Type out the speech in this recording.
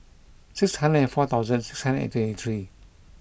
six hundred and four thousand six hundred and twenty three